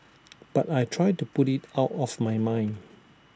but I try to put IT out of my mind